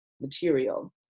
material